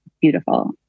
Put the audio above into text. beautiful